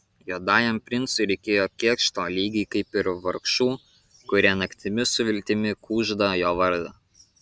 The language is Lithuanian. juodajam princui reikėjo kėkšto lygiai kaip ir vargšų kurie naktimis su viltimi kužda jo vardą